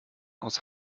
aus